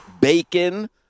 bacon